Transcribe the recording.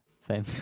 fame